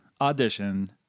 Audition